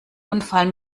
unfall